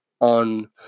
on